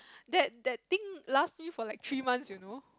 that that thing last me for like three months you know